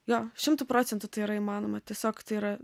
jo šimtu procentų tai yra įmanoma tiesiog tai yra